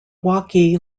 wakhi